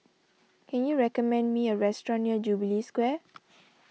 can you recommend me a restaurant near Jubilee Square